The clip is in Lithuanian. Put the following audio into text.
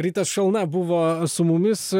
rytas šalna buvo su mumis